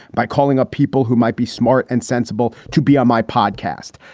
by calling up people who might be smart and sensible to be on my podcast.